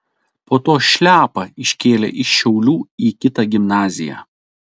po to šliapą iškėlė iš šiaulių į kitą gimnaziją